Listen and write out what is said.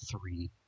three